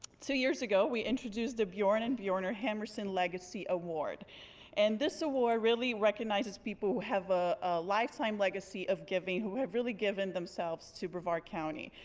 two years ago we introduced a bjorg and and bjornar hermansen legacy award and this award really recognizes people who have ah a lifetime legacy of giving who have really given themselves to brevard county.